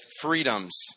freedoms